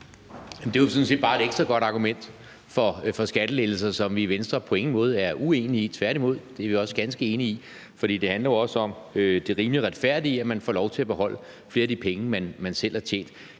det er jo sådan set bare et ekstra godt argument for skattelettelser, som vi i Venstre på ingen måde er uenige i. Tværtimod er vi også ganske enige i det. For det handler jo også om det rimelige og retfærdige i, at man får lov til at beholde flere af de penge, man selv har tjent.